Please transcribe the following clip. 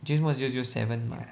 James Bond zero zero seven mah